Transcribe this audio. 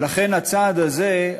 לכן הצעד הזה,